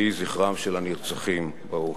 יהי זכרם של הנרצחים ברוך.